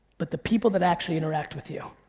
but the people that actually interact with you,